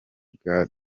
bwa